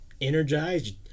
energized